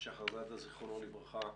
שחר זאדה זיכרונו לברכה,